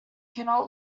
cannot